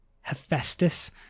Hephaestus